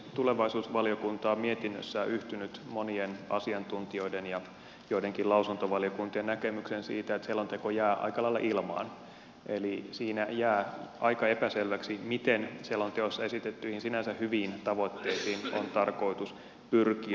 tulevaisuusvaliokunta on mietinnössään yhtynyt monien asiantuntijoiden ja joidenkin lausuntovaliokuntien näkemykseen siitä että selonteko jää aika lailla ilmaan eli siinä jää aika epäselväksi miten selonteossa esitettyihin sinänsä hyviin tavoitteisiin on tarkoitus pyrkiä